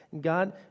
God